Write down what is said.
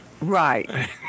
right